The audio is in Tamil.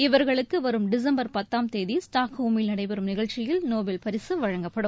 இவர்களுக்கு வரும் டிசம்பர் பத்தாம் தேதி ஸ்டாக்ஹோமில் நடைபெறும் நிகழ்ச்சியில் நோபல் பரிசு வழங்கப்படும்